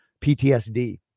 PTSD